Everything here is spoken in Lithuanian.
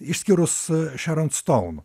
išskyrus šeran stoun